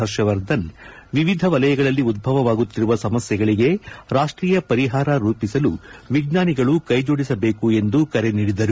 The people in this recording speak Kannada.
ಪರ್ಷವರ್ಧನ್ ವಿವಿಧ ವಲಯಗಳಲ್ಲಿ ಉಧ್ಯವಾಗುತ್ತಿರುವ ಸಮಸ್ಯೆಗಳಿಗೆ ರಾಷ್ಷೀಯ ಪರಿಹಾರ ರೂಪಿಸಲು ವಿಜ್ಞಾನಿಗಳು ಕ್ರೆಜೋಡಿಸಬೇಕು ಎಂದು ಕರೆ ನೀಡಿದರು